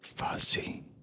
Fuzzy